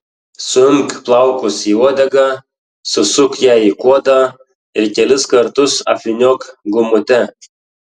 suimk plaukus į uodegą susuk ją į kuodą ir kelis kartus apvyniok gumute